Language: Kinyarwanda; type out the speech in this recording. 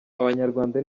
abanyarwanda